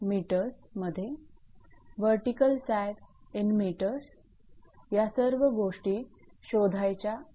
vertical sag m या सर्व गोष्टी शोधायच्या आहेत